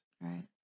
right